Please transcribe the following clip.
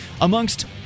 amongst